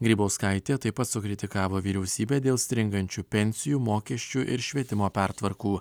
grybauskaitė taip pat sukritikavo vyriausybę dėl stringančių pensijų mokesčių ir švietimo pertvarkų